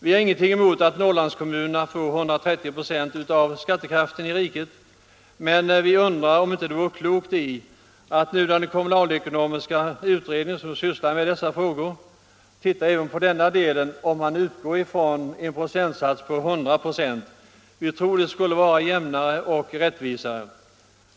Vi har ingenting emot att Norrlandskommunerna får 130 96 av medelskattekraften i riket, men vi undrar om det inte vore klokt att låta kommunalekonomiska utredningen, som sysslar med dessa frågor, titta även på vad det skulle betyda att utgå från en procentsats på 100 96. Vi tror att det skulle vara jämnare och riktigare.